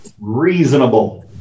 Reasonable